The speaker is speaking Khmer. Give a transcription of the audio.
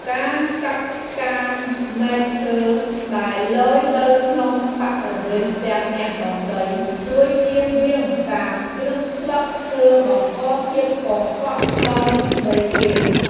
ការកាប់ឆ្ការមែកឈើដែលលយទៅក្នុងបរិវេណផ្ទះអ្នកដទៃជួយជៀសវាងការជ្រុះស្លឹកឈើបង្កភាពកខ្វក់ដល់ដីគេ។